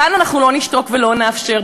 כאן אנחנו לא נשתוק ולא נאפשר.